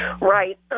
right